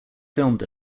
filmed